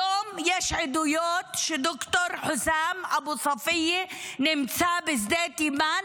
היום יש עדויות שד"ר חוסאם אבו ספיה נמצא בשדה תימן